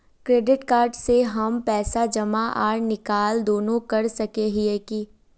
Credit card से हम पैसा जमा आर निकाल दोनों कर सके हिये की?